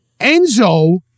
Enzo